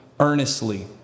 earnestly